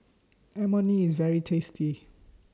Imoni IS very tasty